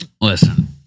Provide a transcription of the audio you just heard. Listen